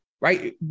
right